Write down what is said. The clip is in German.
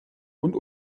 und